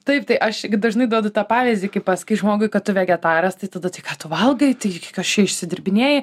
taip tai aš irgi dažnai duodu tą pavyzdį kai pasakai žmogui kad tu vegetaras tai tada tai ką valgai tai kas čia išsidirbinėji